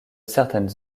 certaines